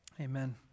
Amen